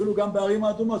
אפילו גם בערים האדומות,